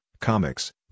comics